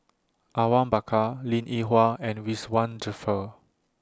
Awang Bakar Linn in Hua and Ridzwan Dzafir